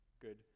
good